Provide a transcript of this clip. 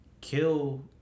kill